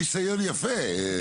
ניסיון יפה, יוראי.